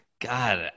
God